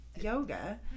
yoga